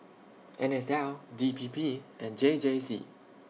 N S L D P P and J J C